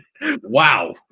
Wow